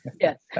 Yes